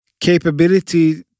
capability